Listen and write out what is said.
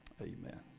Amen